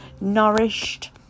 nourished